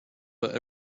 but